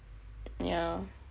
yah